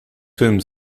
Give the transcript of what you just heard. film